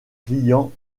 client